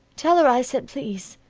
tell her i said please.